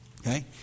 Okay